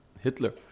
Hitler